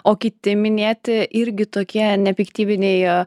o kiti minėti irgi tokie nepiktybiniai